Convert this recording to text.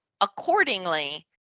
Accordingly